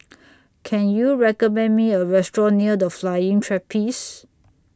Can YOU recommend Me A Restaurant near The Flying Trapeze